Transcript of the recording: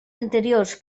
anteriors